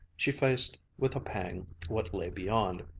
she faced with a pang what lay beyond.